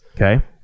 Okay